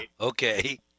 Okay